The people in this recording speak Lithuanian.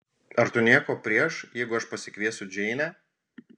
ar tu nieko prieš jeigu aš pasikviesiu džeinę